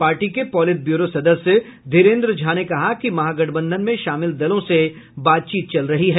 party के politburo सदस्य धीरेंद्र झा ने कहा कि महागठबंधन में शामिल दलों से बातचीत चल रही है